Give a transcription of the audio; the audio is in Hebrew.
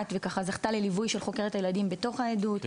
וזכתה לליווי של חוקרת הילדים בתוך העדות,